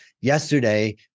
yesterday